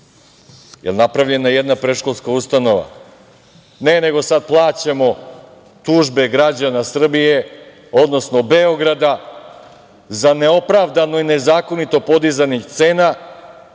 li je napravljena jedna predškolska ustanova? Ne, nego sada plaćamo tužbe građana Srbije, odnosno Beograda, za neopravdano i nezakonito podizanje cena